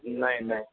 नहीं नहीं